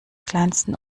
kleinsten